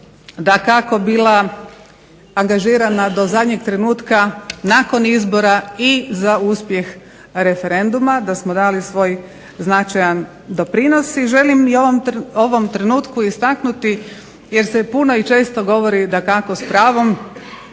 dakako bila angažirana do zadnjeg trenutka nakon izbora i za uspjeh referenduma, da smo dali svoj značajan doprinos i želim u ovom trenutku istaknuti jer se puno i često govori s pravom